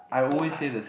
so hard